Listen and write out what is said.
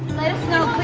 let us know,